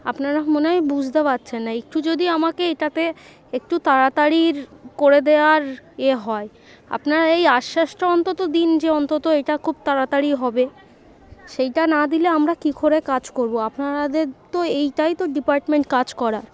আপনারা মনে হয় বুঝতে পারছেন না একটু যদি আমাকে এটাতে একটু তাড়াতাড়ি করে দেওয়ার ইয়ে হয় আপনারা এই আশ্বাসটা অন্তত দিন যে অন্তত এটা খুব তাড়াতাড়ি হবে সেইটা না দিলে আমরা কী করে কাজ করব আপনাদের তো এইটাই তো ডিপার্টমেন্ট কাজ করার